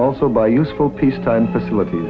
also buy useful piece time facilities